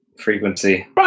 frequency